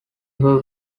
were